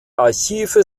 archive